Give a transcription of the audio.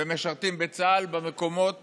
הם משרתים בצה"ל במקומות